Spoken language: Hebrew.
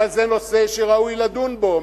אבל זה נושא שראוי לדון בו.